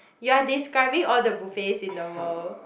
you are describing all the buffets in the world